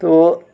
ᱛᱳ